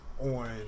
on